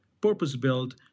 purpose-built